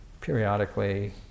periodically